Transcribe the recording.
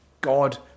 God